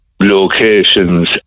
locations